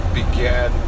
began